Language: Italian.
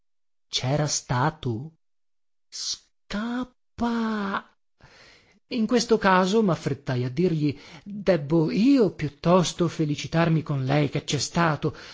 cera stato scappa in questo caso maffrettai a dirgli debbo io piuttosto felicitarmi con lei che cè stato